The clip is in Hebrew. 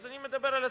אני מדבר על עצמי.